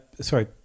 sorry